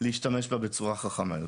להשתמש בה בצורה חכמה יותר.